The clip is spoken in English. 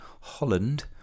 Holland